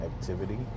activity